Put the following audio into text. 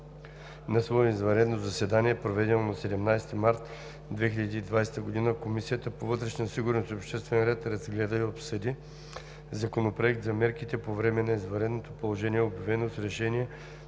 На свое извънредно заседание, проведено на 17 март 2020 г., Комисията по вътрешна сигурност и обществен ред разгледа и обсъди Законопроект за мерките по време на извънредното положение, обявено с решение